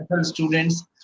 students